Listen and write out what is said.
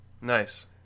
Nice